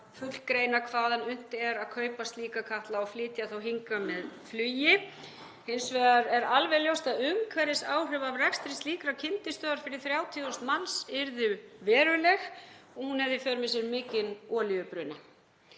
fullgreina hvaðan unnt er að kaupa slíka katla og flytja hingað með flugi. Hins vegar er alveg ljóst að umhverfisáhrif af rekstri slíkrar kyndistöðvar fyrir 30.000 manns yrðu veruleg og hún hefði í för með sér mikinn olíubruna.